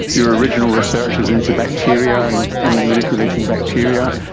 your original research is into bacteria and and manipulating bacteria.